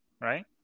Right